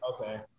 Okay